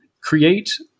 create